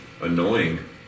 annoying